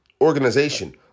organization